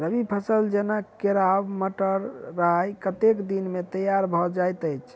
रबी फसल जेना केराव, मटर, राय कतेक दिन मे तैयार भँ जाइत अछि?